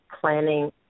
planning